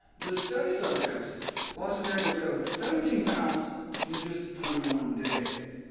the study subjects lost an average of seventeen pounds in just twenty one days.